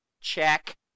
Check